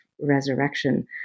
resurrection